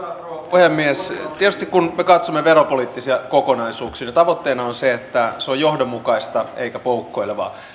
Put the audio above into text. puhemies tietysti kun me katsomme veropoliittisia kokonaisuuksia tavoitteena on se että ne ovat johdonmukaisia eivätkä poukkoilevia